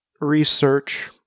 research